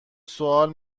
سوال